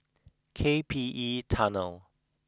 K P E Tunnel